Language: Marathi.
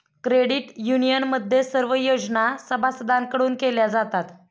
क्रेडिट युनियनमध्ये सर्व योजना सभासदांकडून केल्या जातात